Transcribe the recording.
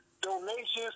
donations